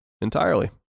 entirely